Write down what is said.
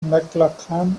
mclachlan